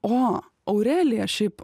o aurelija šiaip